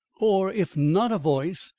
or if not a voice,